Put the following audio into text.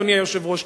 אדוני היושב-ראש,